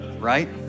right